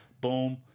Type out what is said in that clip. Boom